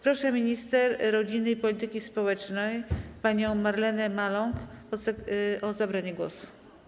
Proszę minister rodziny i polityki społecznej panią Marlenę Maląg o zabranie głosu.